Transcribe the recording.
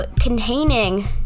containing